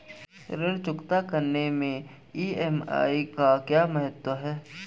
ऋण चुकता करने मैं ई.एम.आई का क्या महत्व है?